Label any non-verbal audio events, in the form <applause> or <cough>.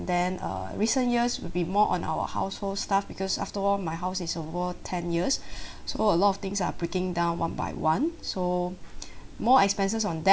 then err recent years would be more on our household stuff because after all my house is a more ten years <breath> so a lot of things are breaking down one by one so <breath> more expenses on that